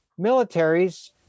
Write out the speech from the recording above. militaries